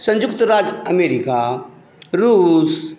संयुक्त राज्य अमेरिका रूस